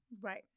Right